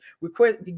request